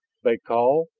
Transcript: they call?